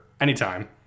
anytime